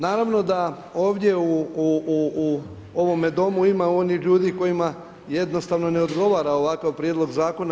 Naravno da ovdje u ovome Domu ima onih ljudi kojima jednostavno ne odgovara ovakav prijedlog zakona.